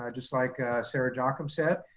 ah just like sarah jocham said,